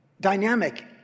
dynamic